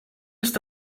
ist